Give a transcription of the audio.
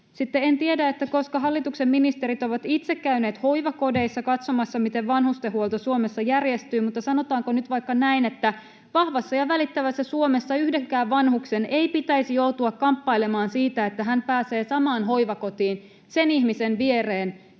Sitten en tiedä, koska hallituksen ministerit ovat itse käyneet hoivakodeissa katsomassa, miten vanhustenhuolto Suomessa järjestyy, mutta sanotaanko nyt vaikka näin, että vahvassa ja välittävässä Suomessa yhdenkään vanhuksen ei pitäisi joutua kamppailemaan siitä, että hän pääsee samaan hoivakotiin sen ihmisen viereen,